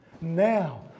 now